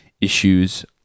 issues